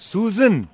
Susan